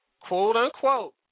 quote-unquote